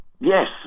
Yes